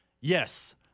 Yes